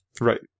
Right